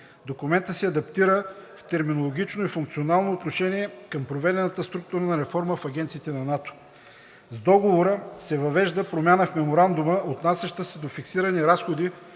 Документът се адаптира в терминологично и функционално отношение към проведената структурна реформа на агенциите в НАТО. С Договора се въвежда промяна в Меморандума, отнасяща се до фиксирани разходи